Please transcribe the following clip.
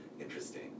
interesting